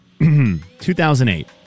2008